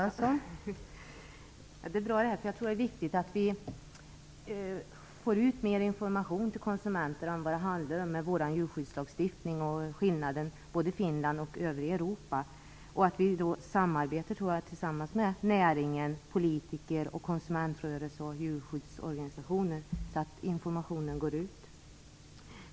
Fru talman! Det är bra. Jag tror att det är viktigt att vi får ut mer information till konsumenterna om vad vår djurskyddslagstiftning handlar om och om vilken skillnaden är gentemot både Finland och övriga Europa. Det är viktigt att näring, politiker, konsumentrörelse och djurskyddsorganisationer samarbetar så att informationen går ut.